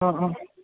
অ' অ'